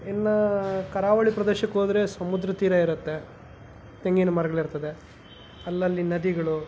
ಎಲ್ಲ ಕರಾವಳಿ ಪ್ರದೇಶಕ್ಕೆ ಹೋದರೆ ಸಮುದ್ರ ತೀರ ಇರುತ್ತೆ ತೆಂಗಿನ ಮರ್ಗಳು ಇರ್ತದೆ ಅಲ್ಲಲ್ಲಿ ನದಿಗಳು